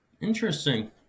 Interesting